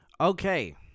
Okay